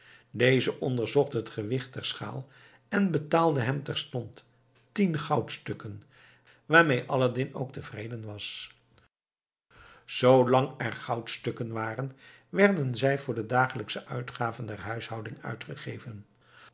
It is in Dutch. deze onderzocht het gewicht der schaal en betaalde hem terstond tien goudstukken waarmee aladdin ook tevreden was zoo lang er goudstukken waren werden zij voor de dagelijksche uitgaven der huishouding uitgegeven